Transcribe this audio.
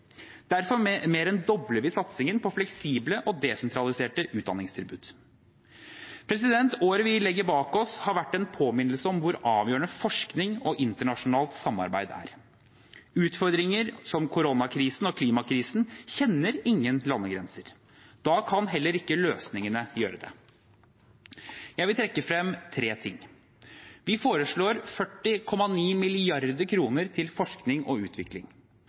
Derfor mer enn dobler vi satsingen på fleksible og desentraliserte utdanningstilbud. Året vi legger bak oss, har vært en påminnelse om hvor avgjørende forskning og internasjonalt samarbeid er. Utfordringer som koronakrisen og klimakrisen kjenner ingen landegrenser, da kan heller ikke løsningene gjøre det. Jeg vil trekke frem tre ting: Vi foreslår 40,9 mrd. kr til forskning og utvikling.